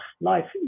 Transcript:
life